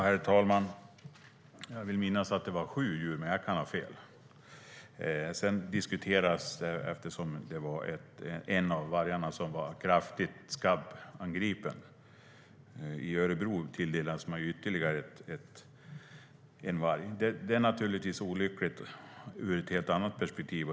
Herr talman! Jag vill minnas att det är sju djur. Men jag kan ha fel. Eftersom en av vargarna i Örebro var kraftigt skabbangripen tilldelas man ytterligare en varg. Det är naturligtvis olyckligt ur ett helt annat perspektiv.